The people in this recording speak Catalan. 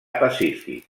pacífic